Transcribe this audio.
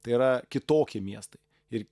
tai yra kitokie miestai ir